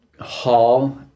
hall